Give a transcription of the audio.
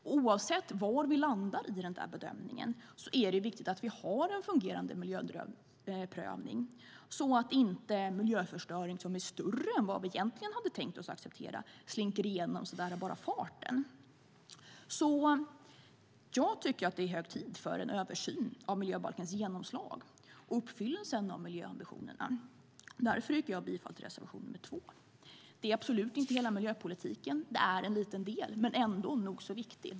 Men oavsett var vi landar i den bedömningen är det viktigt att vi har en fungerande miljöprövning så att inte miljöförstöring som är större än vad vi egentligen hade tänkt acceptera slinker igenom av bara farten. Jag tycker att det är hög tid för en översyn av miljöbalkens genomslag och uppfyllelsen av miljöambitionerna, och därför yrkar jag bifall till reservation 2. Det är absolut inte hela miljöpolitiken. Det är en liten del - men nog så viktig.